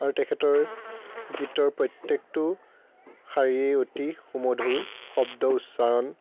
আৰু তেখেতৰ গীতৰ প্ৰত্যেকটো শাৰীয়ে অতি সুমধুৰ শব্দ উচ্চাৰণ